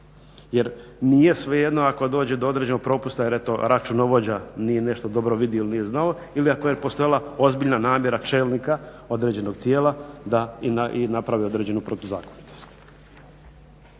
Jer nije svejedno ako dođe do određenog propusta jer eto računovođa nije nešto dobro vidio ili nije znao ili ako je postojala ozbiljna namjera čelnika određenog tijela da i napravi određenu protuzakonitost.